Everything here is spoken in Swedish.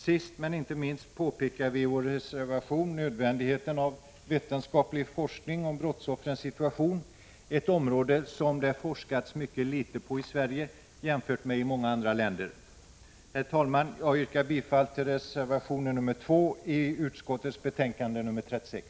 Sist men inte minst påpekar vi i vår reservation nödvändigheten av vetenskaplig forskning om brottsoffrens situation, ett område som det har forskats mycket litet på i Sverige jämfört med i många andra länder. Herr talman! Jag yrkar bifall till reservation nr 2 i justitieutskottets betänkande nr 36.